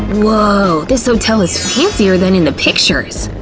and woah, this hotel is fancier than in the pictures!